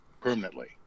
permanently